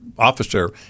officer